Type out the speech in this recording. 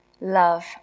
love